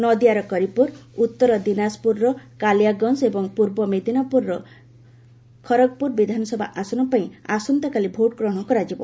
ନଦିଆର କରିପୁର ଉତ୍ତର ଦିନାଜ୍ପୁରର କାଲିଆଗଞ୍ଜ ଏବଂ ପୂର୍ବ ମେଦିନାପୁର ଜିଲ୍ଲାର ଖରଗ୍ପୁର ବିଧାନସଭା ଆସନ ପାଇଁ ଆସନ୍ତାକାଲି ଭୋଟଗ୍ରହଣ କରାଯିବ